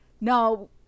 no